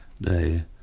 day